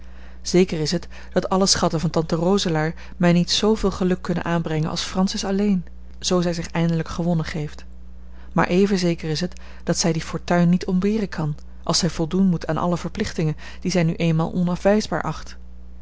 zeker is het dat alle schatten van tante roselaer mij niet zooveel geluk kunnen aanbrengen als francis alleen zoo zij zich eindelijk gewonnen geeft maar even zeker is het dat zij die fortuin niet ontberen kan als zij voldoen moet aan alle verplichtingen die zij nu eenmaal onafwijsbaar acht